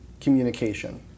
communication